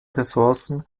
ressourcen